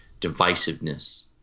divisiveness